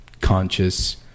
conscious